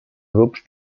grups